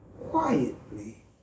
quietly